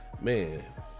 man